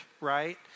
right